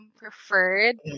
preferred